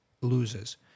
loses